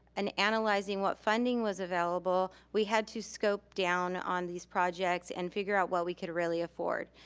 and analyzing what funding was available, we had to scope down on these projects and figure out what we could really afford.